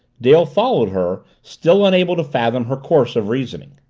dale followed her, still unable to fathom her course of reasoning.